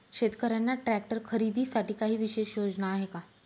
शेतकऱ्यांना ट्रॅक्टर खरीदीसाठी काही विशेष योजना आहे का?